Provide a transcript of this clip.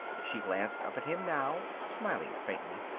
she glanced up at him now, smiling faintly.